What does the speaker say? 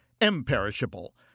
imperishable